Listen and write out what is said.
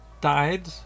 died